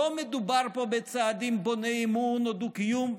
לא מדובר פה בצעדים בוני אמון או דו-קיום,